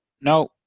no